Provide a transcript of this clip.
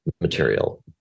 material